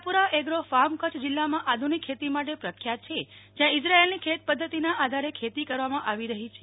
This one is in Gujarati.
આશાપુરા એગ્રો ફાર્મ કચ્છ જિલ્લામાં આધુનિક ખેતી માટે પ્રખ્યાત છે જ્યાં ઇઝરાયેલની ખેત પદ્ધતિના આધારે ખેતી કરવામાં આવી રહી છે